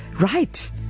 right